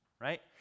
right